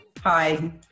Hi